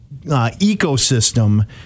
ecosystem